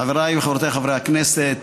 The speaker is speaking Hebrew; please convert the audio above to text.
חבריי וחברותיי חברי הכנסת,